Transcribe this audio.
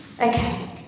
Okay